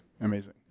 amazing